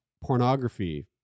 pornography